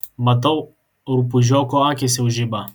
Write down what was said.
matau rupūžioko akys jau žiba